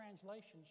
translations